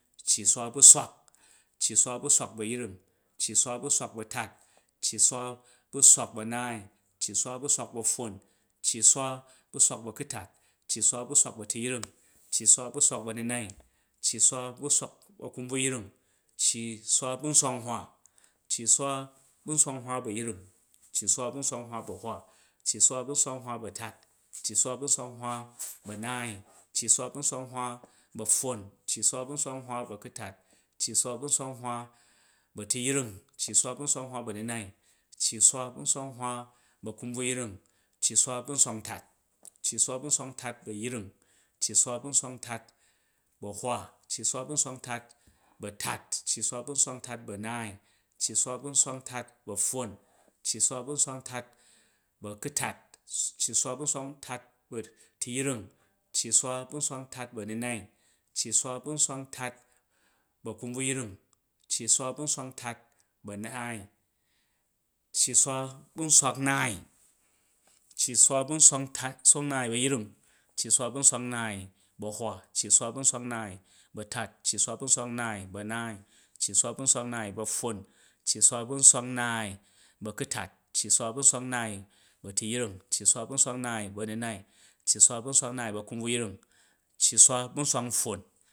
Cci dwa bu̱ swai, cci swa ba̱ swak ba̱ a̱yring, cci dwa bu̱ swak bu̱ a̱hwa, cci swa ba swak ba̱ a̱tatm cci swa ba̱ sirak bu̱ a̱tat cci swa ba̱ swak bu̱ a̱naai, cci swi ba, swak ba̱ apffon, cci swa bu̱ swak bu̱ du̱tat cci swa bu̱ swak ba̱ a̱tiyong ai swa bu̱ swak bu̱ a̱mnai, cci swa bu̱ swak bu̱ swak bu̱ a̱mnai, cci swa bu̱ swak ba̱ a̱kumbvuring cci suta bu̱ nswak nhwa, cci swa bu̱ nswak nhwa ba̱ apring, cci swa bu̱ nswak nhwa bu̱ a̱hwa, cci swa bu̱ nswak nhwa bu̱ a̱tat, cci swa bu̱ nswak nhwa bu̱ a̱maai, cci swa bu̱ nswak nhwa bu̱ a̱pffon, cci swa bu̱ nswak nhwa bu̱ a̱kutat, cci swa bu̱ nswak nhwa bu̱ a̱tuyring, cci swa bu̱ nswak nhwa bu̱ a̱munai, cci swa bu̱ nswak nhwa bu̱ a̱kumbvruying, cci swa bu̱ nswak ntat, cci swa bu̱ nswak tat bu̱ ayring, cci swa bu̱ nswak ntat bu̱ a̱hwa, cci swa bu̱ nswak ntat bu̱ a̱tat, cci swa bu̱ nswak ntat bu̱ a̱naai, cci swa bu̱ nswak ntat bu̱ apffon, cci swa bu̱ nswak ntat bu̱ a̱kutat, cci swa bu̱ nswak ntat bu̱ a̱tupring, cci swa bu̱ nswak ntat bu̱ a̱nunai, cci swa bu̱ nswak ntat bu̱ a̱kunbvuyring, cci swa bu̱ nswak ntat bu̱ anaai, cci swa bu nswak nnaai, cci swa bu̱ nswak ntat nswak nnaai bu̱ a̱iping, cci swa bu̱ nswak nnaai bu̱ a̱yring, cci swa bu̱ nswak nnaai bu̱ a̱hwa, cci swa bu̱ nswak nnaai bu̱ a̱tat, cci swa bu̱ nswak nnaai bu̱ a̱naai, cci swa bu̱ nswak nnaai bu̱ a̱pffon, cci swa bu̱ nswak nnaai bu̱ a̱kutat, cci swa bu̱ nswak nnaai bu̱ a̱tuyring, cci swa bu̱ nswak nnaai bu̱ a̱nunai, cci swa bu̱ nswak nnaai bu̱ a̱kunbvuyring, cci swa bu̱ nswak anpffon.